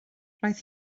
roedd